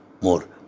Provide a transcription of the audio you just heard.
more